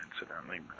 incidentally